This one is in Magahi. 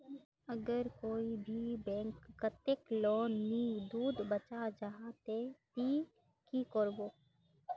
अगर कोई भी बैंक कतेक लोन नी दूध बा चाँ जाहा ते ती की करबो?